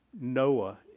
Noah